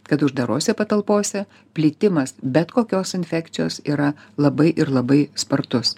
kad uždarose patalpose plitimas bet kokios infekcijos yra labai ir labai spartus